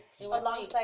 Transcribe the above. Alongside